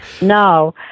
no